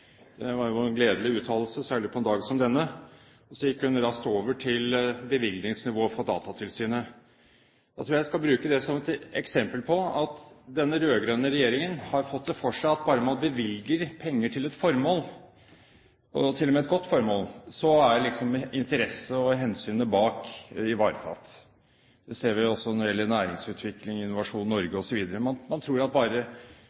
Det var jo en gledelig uttalelse, særlig på en dag som denne. Så gikk hun raskt over til bevilgningsnivået for Datatilsynet. Da tror jeg at jeg skal bruke det som et eksempel på at den rød-grønne regjeringen har fått det for seg at bare man bevilger penger til et formål – og til og med til et godt formål – er liksom interessen og hensynet som ligger bak, ivaretatt. Det ser vi også når det gjelder næringsutvikling, Innovasjon Norge osv. Man tror at